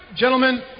Gentlemen